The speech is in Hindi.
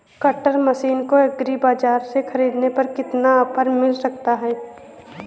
कटर मशीन को एग्री बाजार से ख़रीदने पर कितना ऑफर मिल सकता है?